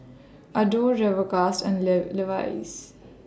Adore Rivercrest and Levi's